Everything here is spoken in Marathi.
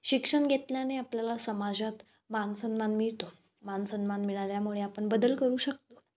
शिक्षण घेतल्याने आपल्याला समाजात मानसन्मान मिळतो मानसन्मान मिळाल्यामुळे आपण बदल करू शकतो